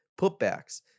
putbacks